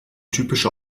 typische